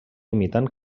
imitant